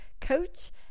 coach